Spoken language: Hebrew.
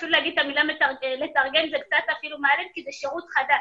אפילו להגיד את המילה לתרגם זה קצת מעליב כי זה שירות חדש.